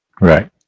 Right